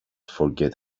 forget